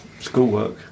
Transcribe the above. schoolwork